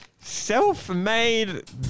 self-made